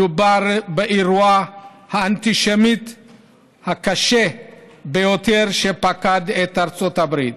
מדובר באירוע האנטישמי הקשה ביותר שפקד את ארצות הברית.